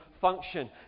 function